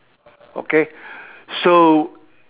okay so